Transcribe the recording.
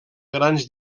grans